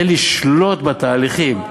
זה לשלוט בתהליכים.